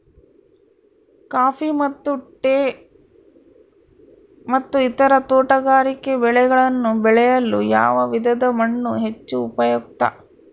Coffee ಮತ್ತು tea ಮತ್ತು ಇತರ ತೋಟಗಾರಿಕೆ ಬೆಳೆಗಳನ್ನು ಬೆಳೆಯಲು ಯಾವ ವಿಧದ ಮಣ್ಣು ಹೆಚ್ಚು ಉಪಯುಕ್ತ?